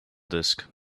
disk